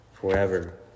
forever